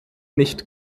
nicht